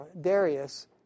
Darius